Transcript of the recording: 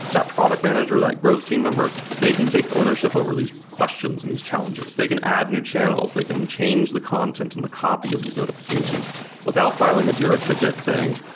that product manager or that growth team member, they can take ownership over these questions and these challenges. they can add new channels. they can change the content and the copy of these notifications without filing a jira ticket saying,